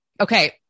okay